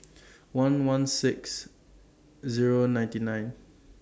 one one six Zero nine nine